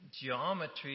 geometry